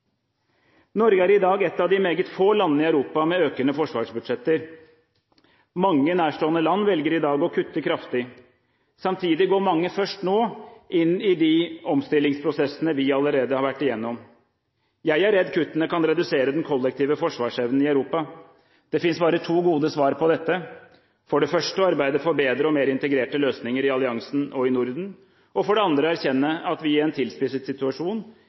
Norge er i dag et av de meget få landene i Europa med økende forsvarsbudsjetter. Mange nærstående land velger i dag å kutte kraftig. Samtidig går mange først nå inn i de omstillingsprosessene vi allerede har vært igjennom. Jeg er redd kuttene kan redusere den kollektive forsvarsevnen i Europa. Det finnes bare to gode svar på dette: For det første å arbeide for bedre og mer integrerte løsninger i alliansen og i Norden, og for det andre å erkjenne at vi i en tilspisset situasjon